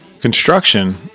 construction